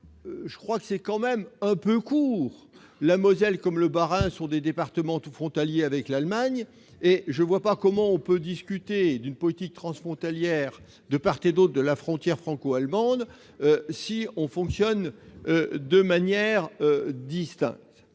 la Moselle, c'est quand même un peu court ! La Moselle, comme le Bas-Rhin, est un département frontalier de l'Allemagne et je ne vois pas comment l'on peut discuter d'une politique transfrontalière de part et d'autre de la frontière franco-allemande si l'on fonctionne de manière distincte.